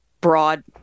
broad